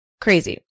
Crazy